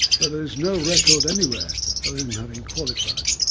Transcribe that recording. but there is no record anywhere of him having qualified.